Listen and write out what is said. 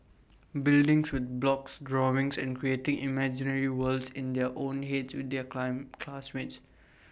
buildings with blocks drawings and creating imaginary worlds in their own heads with their claim classmates